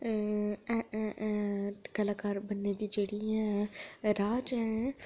कलाकार बनने दी जेह्ड़ी ऐं राह् च ऐं